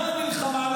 גם למלחמה,